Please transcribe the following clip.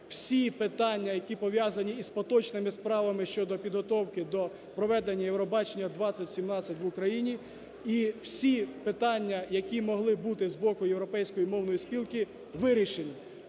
всі питання, які пов'язані із поточними справами щодо підготовки до проведення "Євробачення-2017" в Україні і всі питання, які могли бути з боку Європейської мовної спілки вирішені.